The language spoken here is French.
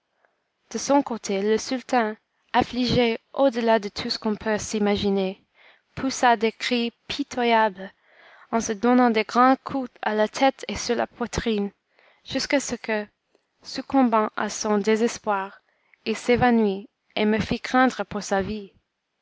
de son côté le sultan affligé au delà de tout ce qu'on peut s'imaginer poussa des cris pitoyables en se donnant de grands coups à la tête et sur la poitrine jusqu'à ce que succombant à son désespoir il s'évanouit et me fit craindre pour sa vie